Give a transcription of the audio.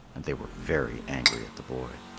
and they were very angry at the boy.